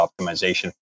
optimization